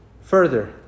Further